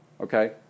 Okay